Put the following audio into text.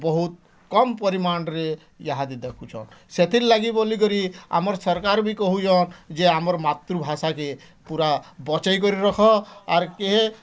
ବହୁତ୍ କମ୍ ପରିମାଣରେ ଇହାଦେ ଦେଖୁଛନ୍ ସେଥିର୍ ଲାଗି ବୋଲିକରି ଆମର୍ ସରକାର ବି କହୁଛନ୍ ଯେ ଆମର୍ ମାତୃଭାଷା କେ ପୁରା ବଚେଇ କରି ରଖ ଆର୍ କେ